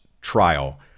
trial